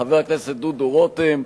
חבר הכנסת דוד רותם,